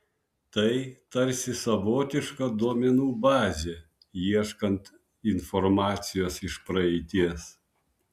tai tarsi savotiška duomenų bazė ieškant informacijos iš praeities